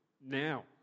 Now